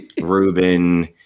Ruben